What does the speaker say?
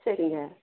சரிங்க